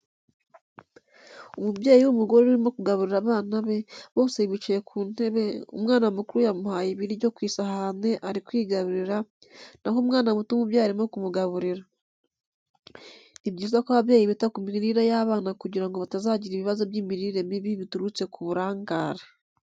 Umubyeyi w'umugore urimo kugaburira abana be, bose bicaye ku ntebe, umwana mukuru yamuhaye ibiryo ku isahane ari kwigaburira, naho umwana muto umubyeyi arimo kumugaburira. Ni byiza ko ababyeyi bita ku mirire y'abana kugira ngo batazagira ibibazo by'imirire mibi biturutse ku burangare.